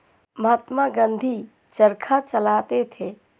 महात्मा गांधी चरखा चलाते थे